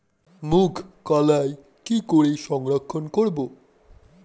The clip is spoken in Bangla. মুঘ কলাই কি করে সংরক্ষণ করব?